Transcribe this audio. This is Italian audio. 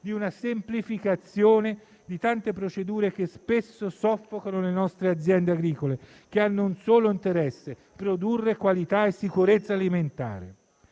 di una semplificazione di tante procedure, che spesso soffocano le nostre aziende agricole, che hanno un solo e unico interesse: produrre qualità e sicurezza alimentare.